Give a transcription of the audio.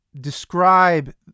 describe